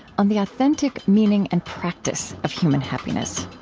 on the authentic meaning and practice of human happiness